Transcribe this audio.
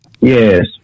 Yes